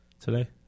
today